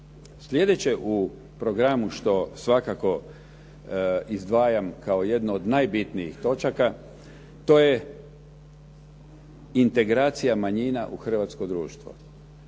Sljedeće u programu što svakako izdvajam kao jednu od najbitnijih točaka, to je integracija manjina u hrvatsko društvo.